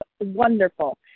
Wonderful